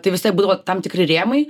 tai vis tiek būdavo tam tikri rėmai